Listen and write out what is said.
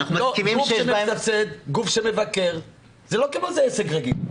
-- גוף שמסבסד, גוף שמבקר - זה לא כמו עסק רגיל.